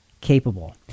capable